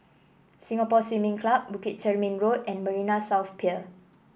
Singapore Swimming Club Bukit Chermin Road and Marina South Pier